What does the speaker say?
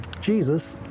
Jesus